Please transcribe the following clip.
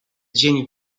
dzień